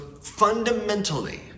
fundamentally